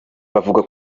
bavuga